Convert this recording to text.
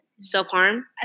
Self-harm